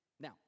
Now